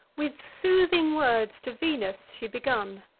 with soothing words to venus she begun